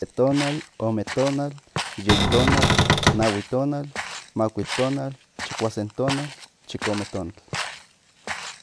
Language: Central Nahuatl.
Se tonal ome tonal yei tonal nahui tonal makuil tonal chikuasen tonal chikome tonal